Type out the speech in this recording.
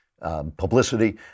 Publicity